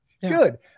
Good